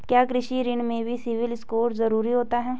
क्या कृषि ऋण में भी सिबिल स्कोर जरूरी होता है?